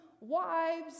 Wives